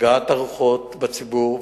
להרגעת הרוחות בציבור,